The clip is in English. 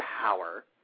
power